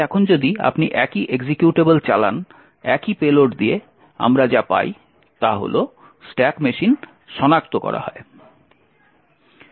তাই এখন যদি আপনি একই এক্সিকিউটেবল চালান একই পেলোড দিয়ে আমরা যা পাই তা হল স্ট্যাক মেশিন সনাক্ত করা হয়